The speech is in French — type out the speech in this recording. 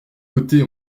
côtés